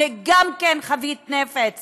זו גם כן חבית נפץ